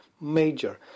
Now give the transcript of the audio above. Major